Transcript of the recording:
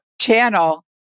channel